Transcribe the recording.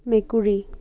মেকুৰী